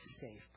safe